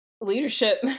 leadership